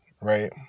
right